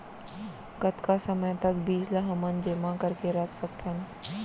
कतका समय तक बीज ला हमन जेमा करके रख सकथन?